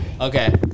Okay